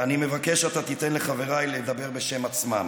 אני מבקש שאתה תיתן לחבריי לדבר בשם עצמם.